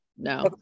No